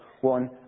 one